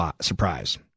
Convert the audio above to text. surprise